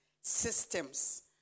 systems